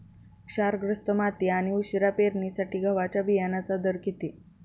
क्षारग्रस्त माती आणि उशिरा पेरणीसाठी गव्हाच्या बियाण्यांचा दर किती?